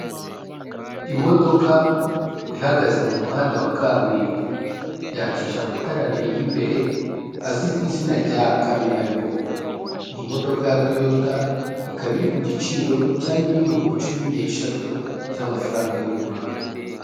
Imodoka ihagaze mu muhanda wa kaburimbo, yakije amatara abiri y'imbere azwi ku izina rya kamenabihu. Ni imodoka ya Toyota ikaba iri ku giciro cya miliyoni cumi n'eshatu z'amafaranga y'u Rwanda.